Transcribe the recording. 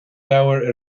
leabhar